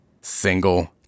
single